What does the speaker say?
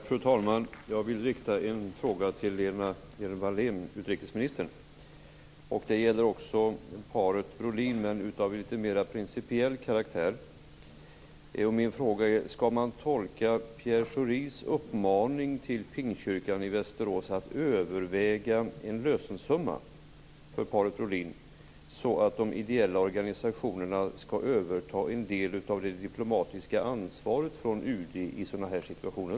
Fru talman! Jag vill rikta en fråga till Lena Hjelm Wallén, utrikesministern. Den gäller paret Brolin, men är av litet mer principiell karaktär. Min fråga är: Skall man tolka Pierre Schoris uppmaning till Pingstkyrkan i Västerås att överväga en lösensumma för paret Brolin så att de ideella organisationerna skall överta en del av det diplomatiska ansvaret från UD i sådana här situationer?